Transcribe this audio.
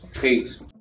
Peace